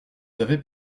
avaient